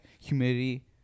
humidity